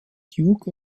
duke